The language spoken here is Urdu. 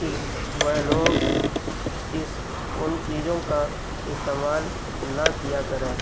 اس وہ لوگ اس ان چیزوں کا استعمال نہ کیا کریں